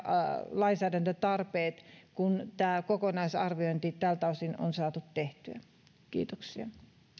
lainsäädäntötarpeet kun tämä kokonaisarviointi tältä osin on saatu tehtyä kiitoksia